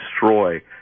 destroy